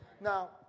Now